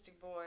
boy